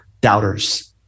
doubters